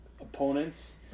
opponents